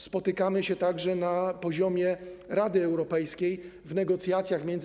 Spotykamy się także na poziomie Rady Europejskiej w ramach negocjacji.